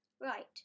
right